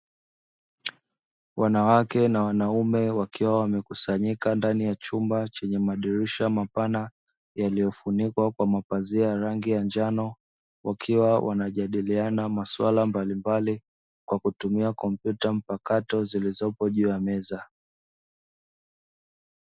Wanawake na wanaume wakiwa wamekusanyika ndani ya chumba chenye madirisha mapana, yaliyofunikwa kwa mapazia ya rangi ya njano, wakiwa wanajadiliana maswala mbalimbali kwa kutumia kompyuta mpakato zilizopo juu ya meza.